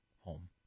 home